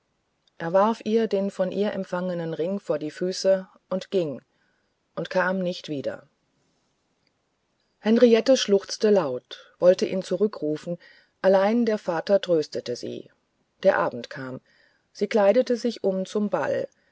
er warf ihr den von ihr empfangenen ring vor die füße und ging und kam nicht wieder henriette schluchzte laut wollte ihn zurückrufen allein der vater tröstete sie der abend kam sie kleidete sich zum ball